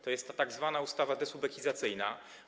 To jest ta tzw. ustawa dezubekizacyjna.